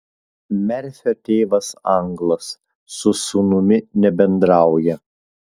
merfio tėvas anglas su sūnumi nebendrauja